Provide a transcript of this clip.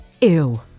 Ew